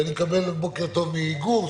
ואני מקבל "בוקר טוב" מגור,